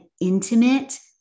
intimate